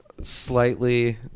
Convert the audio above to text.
Slightly